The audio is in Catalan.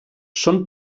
són